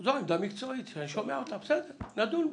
זו עמדה מקצועית שאני שומע אותה ונדון בה.